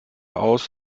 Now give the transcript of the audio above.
aus